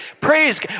Praise